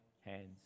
hands